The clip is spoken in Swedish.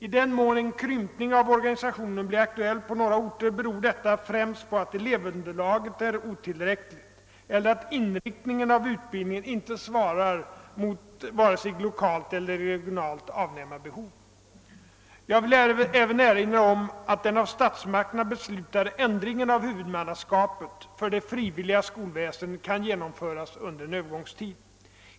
I den mån en krympning av organisationen blir aktuell på några orter beror detta främst på att elevunderlaget är otillräckligt eller att inriktningen av utbildningen inte svarar mot ett vare sig lokalt eller regionalt avnämarbehov. Jag vill även erinra om att den av statsmakterna beslutade ändringen av huvudmannaskapet för det frivilliga skolväsendet kan genomföras under en övergångstid.